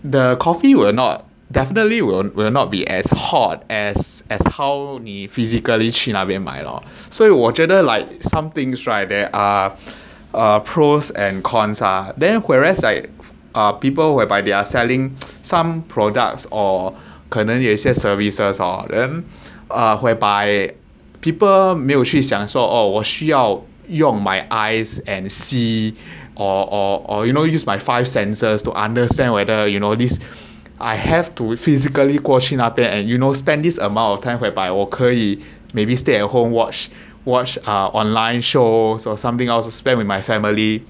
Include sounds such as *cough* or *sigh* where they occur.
the coffee will not definitely will will not be as hot as as how 你 physically 去那边买 lor 所以我觉得 like some things right there are uh pros and cons ah then whereas like uh people whereby they are selling *noise* some products or 可能有一些 services hor then whereby people 没有去想说 oh 我需用 my eyes and see or or or you know use my five senses to understand whether you know this I have to physically 过去那边 and you know spend this amount of time whereby 我可以 maybe stay home watch watch uh online shows or something else spend with my family